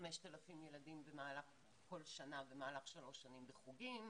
כ-5,000 ילדים בכל שנה במהלך שלוש שנים בחוגים.